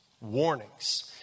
warnings